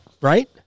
right